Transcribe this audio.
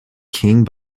king